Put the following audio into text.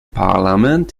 parlament